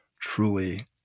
truly